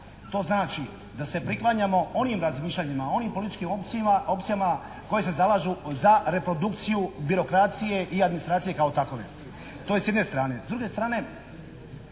To znači da se priklanjamo onim razmišljanjima, onim političkim opcijama koje se zalažu za reprodukciju birokracije i administracije kao takove. To je s jedne strane.